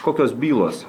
kokios bylos